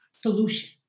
solution